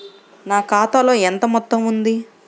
నా ఖాతాలో ఎంత మొత్తం ఉంది?